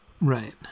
Right